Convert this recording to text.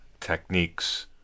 techniques